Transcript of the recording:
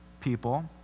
people